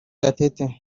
gatete